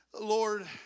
Lord